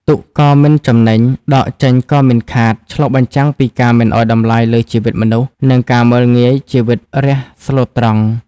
ទុកក៏មិនចំណេញ ដកចេញក៏មិនខាតឆ្លុះបញ្ចាំងពីការមិនឱ្យតម្លៃលើជីវិតមនុស្ស និងការមើលងាយជីវិតរាស្ត្រស្លូតត្រង់។